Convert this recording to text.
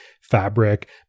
fabric